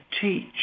teach